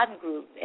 group